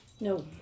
No